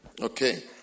Okay